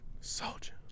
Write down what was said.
Soldier